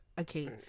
okay